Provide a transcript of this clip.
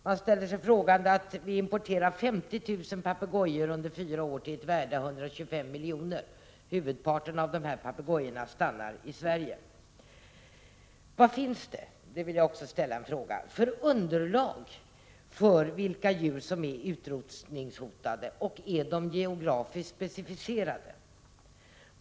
Man ställer sig frågande till att det under fyra år har importerats 50 000 papegojor till ett värde av 125 milj.kr., och huvudparten av dessa papegojor stannar i Sverige. Jag vill också fråga vilket underlag som finns för att bedöma vad det är för djur som är utrotningshotade. Är de geografiskt specificerade?